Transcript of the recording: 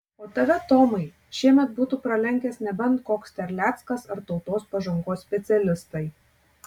o tave tomai šiemet būtų pralenkęs nebent koks terleckas ar tautos pažangos specialistai